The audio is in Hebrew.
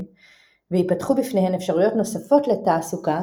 וייפתחו בפניהן אפשרויות נוספות לתעסוקה,